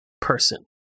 person